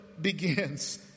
begins